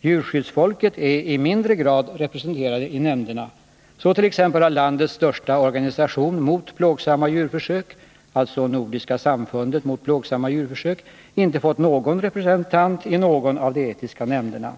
Djurskyddsfolket är i mindre grad representerat i nämnderna. Så t.ex. har landets största organisation mot plågsamma djurförsök — alltså Nordiska samfundet mot plågsamma djurförsök — inte fått någon representant i någon av de etiska nämnderna.